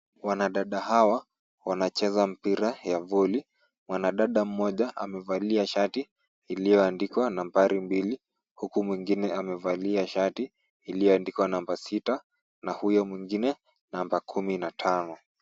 Wanadada hawa wanacheza mpira ya voli . Mwanadada mmoja amevalia shati iliyoandikwa nambari mbili, huku mwingine amevalia shati iliyoandikwa namba sita na huyo mwingine namba kumi na tano.